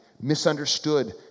misunderstood